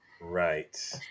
right